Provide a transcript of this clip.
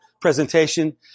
presentation